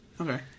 Okay